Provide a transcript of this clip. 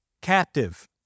captive